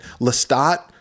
Lestat